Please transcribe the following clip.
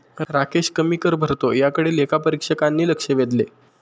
राकेश कमी कर भरतो याकडे लेखापरीक्षकांनी लक्ष वेधले